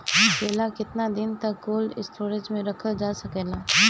केला केतना दिन तक कोल्ड स्टोरेज में रखल जा सकेला?